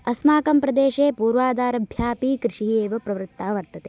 अस्माकं प्रदेशे पूर्वाधारभ्यापि कृषिः एव प्रवृत्ता वर्तते